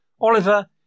Oliver